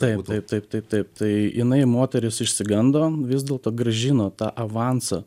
taip taip taip taip taip tai jinai moteris išsigando vis dėlto grąžino tą avansą